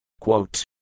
Quote